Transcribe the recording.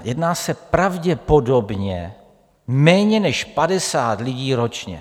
Jedná se pravděpodobně o méně než 50 lidí ročně.